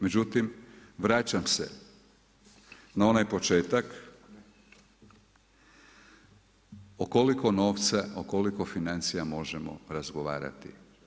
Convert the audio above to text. Međutim vračam se na onaj početak o koliko novca, o koliko financija možemo razgovarati.